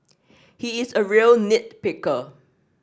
he is a real nit picker